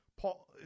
Paul